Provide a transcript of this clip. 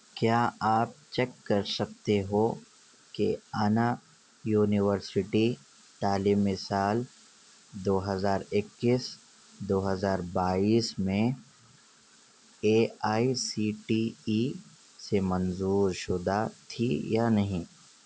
کیا آپ چیک کر سکتے ہو کہ انا یونیورسٹی تعلیمی سال دو ہزار اکیس دو ہزار بائیس میں A I C T E سے منظور شدہ تھی یا نہیں